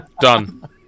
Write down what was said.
Done